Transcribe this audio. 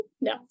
No